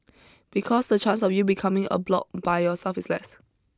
because the chance of you becoming a bloc by yourself is less